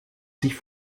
sich